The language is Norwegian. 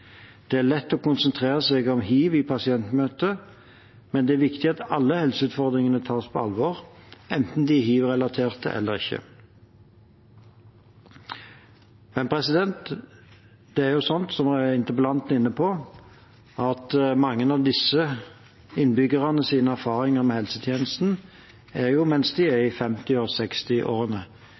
Det er lett å konsentrere seg om hiv i pasientmøtet, men det er viktig at alle helseutfordringer tas på alvor, enten de er hivrelaterte eller ikke. Som interpellanten er inne på, er mange av disse innbyggernes erfaringer med helsetjenesten erfaringer fra da de var i 50- og